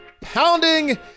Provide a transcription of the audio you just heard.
pounding